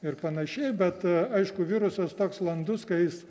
ir panašiai bet aišku virusas toks landus kai jis